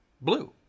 blue